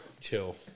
Chill